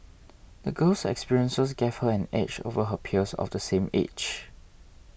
the girl's experiences gave her an edge over her peers of the same age